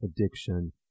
addiction